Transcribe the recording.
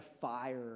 fire